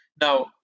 Now